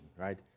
Right